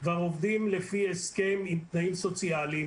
עובדים לפי הסכם עם תנאים סוציאליים,